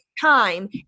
time